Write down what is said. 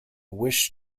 wish